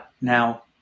now